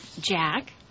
Jack